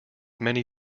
many